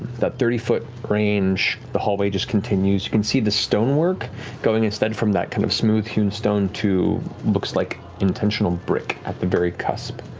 that thirty foot range, the hallway just continues. you can see the stonework going instead from that kind of smooth hewn stone to like intentional brick at the very cusp,